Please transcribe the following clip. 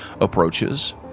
approaches